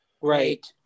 Right